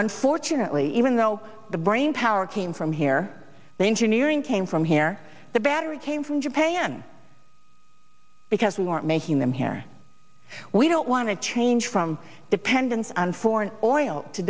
unfortunately even though the brainpower came from here the engineering came from here the battery came from japan because we aren't making them here we don't want to change from dependence on foreign oil to